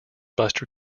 buster